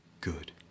good